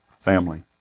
family